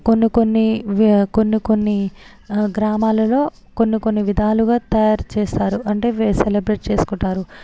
కొన్ని కొన్ని వి కొన్ని కొన్ని గ్రామాలలో కొన్ని కొన్ని విధాలుగా తయారు చేస్తారు అంటే వి సెలబ్రేట్ చేసుకుంటారు